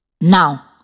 Now